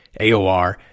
AOR